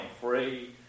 free